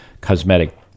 cosmetic